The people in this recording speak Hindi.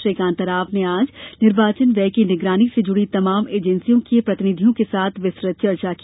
श्री कांताराव ने आज निर्वाचन व्यय की निगरानी से जुड़ी तमाम एजेंसियों के प्रतिनिधियों के साथ विस्तृत चर्चा की